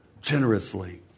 generously